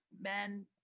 men